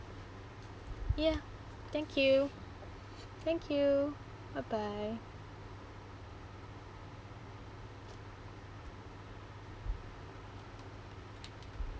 ya thank you thank you bye bye